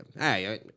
hey